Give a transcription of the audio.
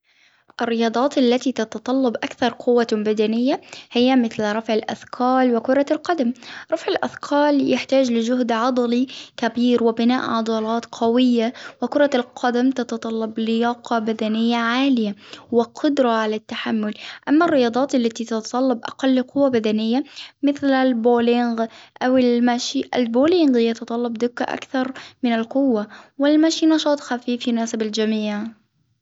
الرياضات التي تتطلب أكثر قوة بدنية هي مثل رفع الأثقال وكرة القدم، رفع الأثقال يحتاج لجهد عضلي كبير وبناء عضلات قوية، وكرة القدم تتطلب لياقة بدنية عالية وقدرة على التحمل. أما الرياضات التي تتطلب أقل قوة بدنية مثل البولينغ أو المشي البولينغ يتطلب دقة أكثر من القوة، والمشي نشاط خفيف يناسب الجميع.